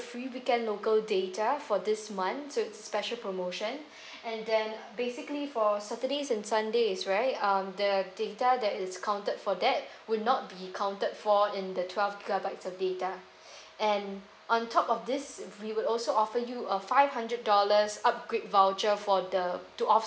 free weekend local data for this month so is special promotion and then basically for saturday and sunday is very um the data that is counted for that would not be counted for in the twelve gigabyte of data and on top of this we would also offer you a five hundred dollars upgrade voucher for the to offset